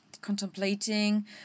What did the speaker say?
contemplating